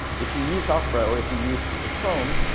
if you use opera or if you use chrome,